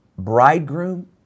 bridegroom